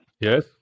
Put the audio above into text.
Yes